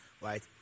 right